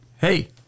Hey